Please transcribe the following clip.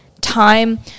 time